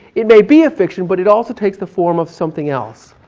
it may be a fiction but it also takes the form of something else.